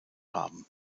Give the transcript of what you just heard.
haben